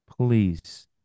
Please